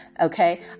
Okay